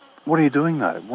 what are you doing though?